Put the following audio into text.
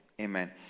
Amen